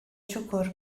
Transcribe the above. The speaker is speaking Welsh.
siwgr